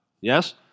yes